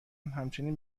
همچنین